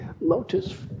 lotus